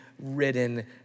ridden